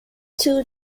two